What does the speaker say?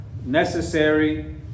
necessary